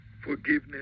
forgiveness